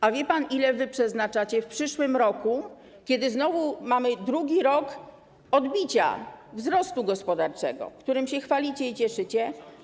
A wie pan, ile wy przeznaczacie w przyszłym roku, kiedy znowu mamy drugi rok odbicia, wzrostu gospodarczego, którym się chwalicie i cieszycie?